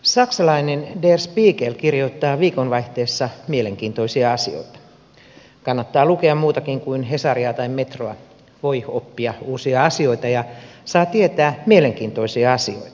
saksalainen der spiegel kirjoittaa viikonvaihteessa mielenkiintoisia asioita kannattaa lukea muutakin kuin hesaria tai metroa voi oppia uusia asioita ja saa tietää mielenkiintoisia asioita